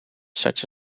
such